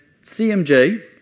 CMJ